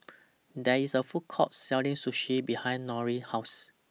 There IS A Food Court Selling Sushi behind Norine's House